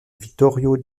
vittorio